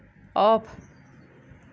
off